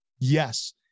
Yes